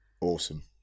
Awesome